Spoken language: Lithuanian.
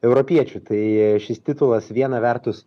europiečių tai šis titulas viena vertus